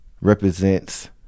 represents